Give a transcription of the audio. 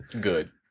Good